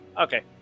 Okay